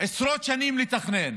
עשרות שנים לתכנן